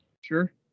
Sure